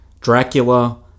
Dracula